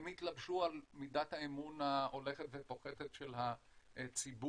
הם התלבשו על מידת האמון ההולכת ופוחתת של הציבור,